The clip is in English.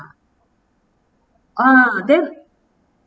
ah then